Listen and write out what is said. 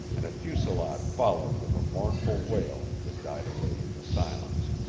and a fusillade followed with a mournful wail that died away into silence.